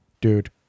dude